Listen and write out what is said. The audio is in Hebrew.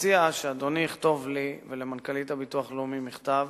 מציע שאדוני יכתוב לי ולמנכ"לית הביטוח הלאומי מכתב